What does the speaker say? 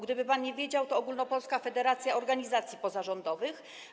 Gdyby pan nie wiedział, to jest to Ogólnopolska Federacja Organizacji Pozarządowych.